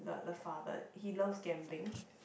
the the father he loves gambling